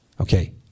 Okay